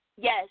Yes